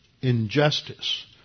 injustice